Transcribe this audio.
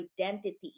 identity